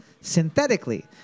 synthetically